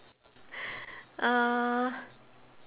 uh